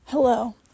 Hello